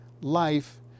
life